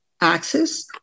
access